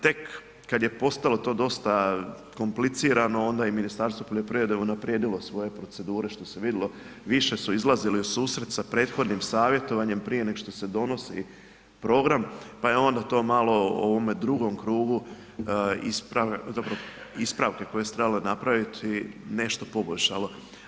Tek kad je postalo to dosta komplicirano, onda je Ministarstvo poljoprivrede unaprijedilo svoje procedure, što se vidjelo, više su izlazili u susret sa prethodnim savjetovanjem prije nego što se donosi program, pa je onda to malo ovome drugom krugu, ispravke koje su se trebale napraviti, nešto poboljšalo.